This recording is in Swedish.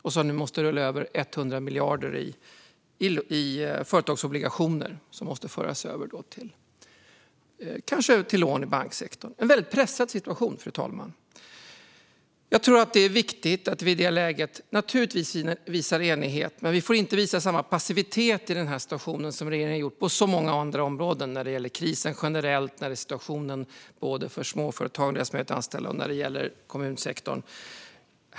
Nu måste man kanske rulla över 100 miljarder i företagsobligationer, som kanske måste föras över till lån i banksektorn. Det är en väldigt pressad situation, fru talman. Jag tror att det är viktigt att vi i det här läget visar enighet, men vi får inte visa samma passivitet i situationen som regeringen har gjort på många andra områden. Det gäller krisen generellt, och det gäller småföretag och deras möjlighet att anställa samt kommunsektorn.